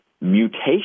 mutation